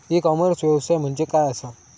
E commerce व्यवसाय म्हणजे काय असा?